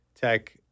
tech